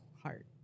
Heart